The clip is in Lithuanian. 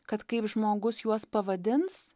kad kaip žmogus juos pavadins